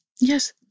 Yes